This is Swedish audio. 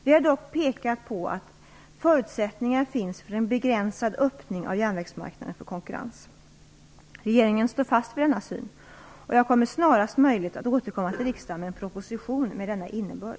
Vi har dock pekat på att förutsättningar finns för en begränsad öppning av järnvägsmarknaden för konkurrens. Regeringen står fast vid denna syn. Jag kommer snarast möjligt att återkomma till riksdagen med en proposition med denna innebörd.